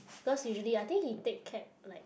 cause usually I think he take cab like